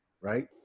right